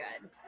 good